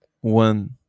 one